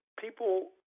people